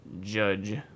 judge